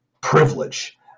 privilege